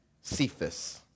Cephas